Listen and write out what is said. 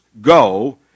go